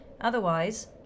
Otherwise